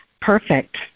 Perfect